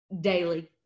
daily